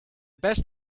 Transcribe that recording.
best